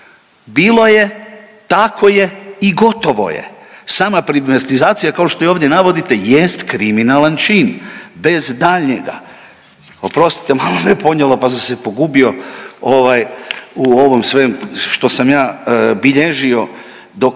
Bilo je, tako je i gotovo je. Sama privatizacija kao što i ovdje navodite jest kriminalan čin bez daljnjega. Oprostite malo me ponijelo pa sam se pogubio u ovom svemu što sam ja bilježio dok